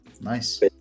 Nice